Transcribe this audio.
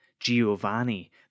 Giovanni